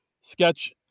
sketch